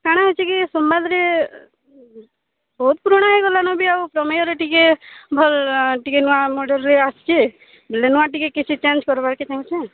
କାଣା ହେଇଛେ କି ସମ୍ବାଦରେ ବହୁତ ପୁରୁଣା ହେଇଗଲାନ ବି ଆଉ ପ୍ରମେୟରେ ଟିକେ ଭଲ୍ ଟିକେ ନୂଆ ମଡ଼େଲ୍ରେ ଆସୁଚେ ବେଲେ ନୂଆ ଟିକେ କିଛି ଚେଞ୍ଜ୍ କର୍ବାକେ ଚାହୁଁଚେଁ